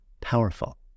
powerful